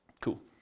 Cool